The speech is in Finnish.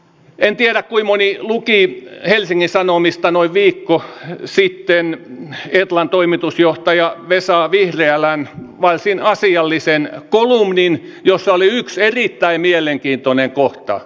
en tiedä kuinka moni luki helsingin sanomista noin viikko sitten etlan toimitusjohtajan vesa vihriälän varsin asiallisen kolumnin jossa oli yksi erittäin mielenkiintoinen kohta